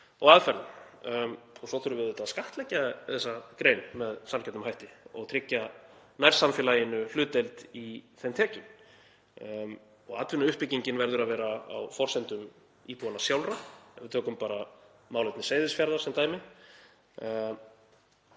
og aðferðum. Og svo þurfum við auðvitað að skattleggja þessa grein með sanngjörnum hætti og tryggja nærsamfélaginu hlutdeild í þeim tekjum. Atvinnuuppbyggingin verður að vera á forsendum íbúanna sjálfra. Ef við tökum málefni Seyðisfjarðar sem dæmi